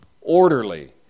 orderly